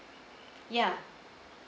ya